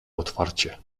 otwarcie